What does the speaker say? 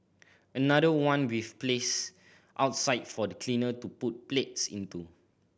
another one we've placed outside for the cleaner to put plates into